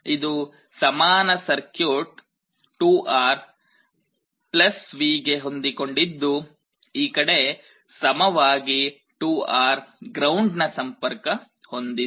ಇದು ಸಮಾನ circuit 2R V ಗೆ ಹೊಂದಿಕೊಂಡಿದ್ದು ಈ ಕಡೆ ಸಮವಾಗಿ 2R ಗ್ರೌಂಡ್ ನ ಸಂಪರ್ಕ ಹೊಂದಿದೆ